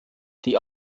die